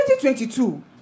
2022